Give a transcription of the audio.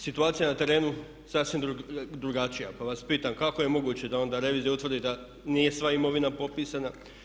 Situacija je na terenu sasvim drugačija, pa vas pitam kako je moguće da onda revizija utvrdi da nije sva imovina popisana.